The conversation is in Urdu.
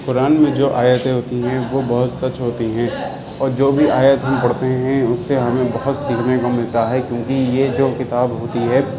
قرآن میں جو آیتیں ہوتی ہیں وہ بہت سچ ہوتی ہیں اور جو بھی آیت ہم پڑھتے ہیں اس سے ہمیں بہت سیکھنے کو ملتا ہے کیوںکہ یہ جو کتاب ہوتی ہے